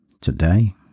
today